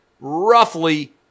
roughly